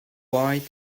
white